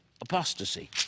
apostasy